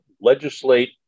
legislate